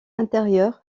intérieur